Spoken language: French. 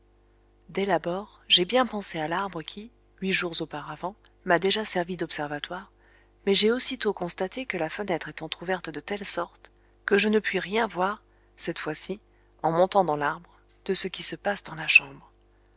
l'abord j'ai bien pensé à l'arbre qui huit jours auparavant m'a déjà servi d'observatoire mais j'ai aussitôt constaté que la fenêtre est entr'ouverte de telle sorte que je ne puis rien voir cette fois-ci en montant dans l'arbre de ce qui se passe dans la chambre